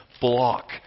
block